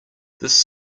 this